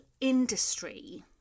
industry